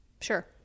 sure